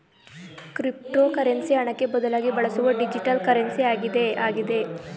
cryptocurrency ಹಣಕ್ಕೆ ಬದಲಾಗಿ ಬಳಸುವ ಡಿಜಿಟಲ್ ಕರೆನ್ಸಿ ಆಗಿದೆ ಆಗಿದೆ